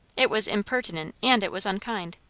it was impertinent, and it was unkind.